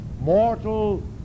mortal